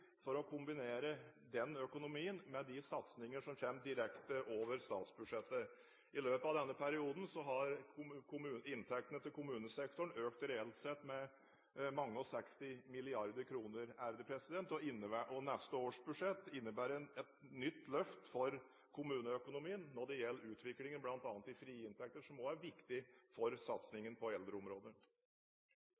for å kombinere økonomien med de satsingene som kommer direkte over statsbudsjettet. I løpet av denne perioden har inntektene til kommunesektoren økt reelt sett med mange og seksti milliarder kroner, og neste års budsjett innebærer et nytt løft for kommuneøkonomien når det gjelder utviklingen bl.a. i frie inntekter, som også er viktig for